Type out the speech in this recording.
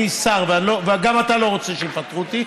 אני שר, וגם אתה לא רוצה שיפטרו אותי,